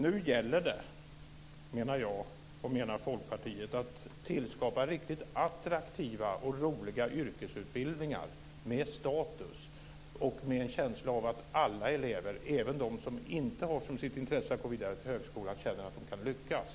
Nu gäller det, menar jag och menar Folkpartiet, att tillskapa riktigt attraktiva och roliga yrkesutbildningar med status och med en känsla av att alla elever, även de som inte är intresserade av att gå vidare till högskolan, känner att de kan lyckas.